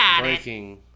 breaking